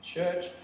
church